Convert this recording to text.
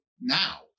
now